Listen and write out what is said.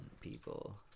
people